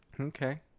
Okay